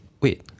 wait